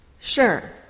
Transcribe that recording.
Sure